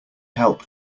help